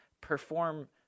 perform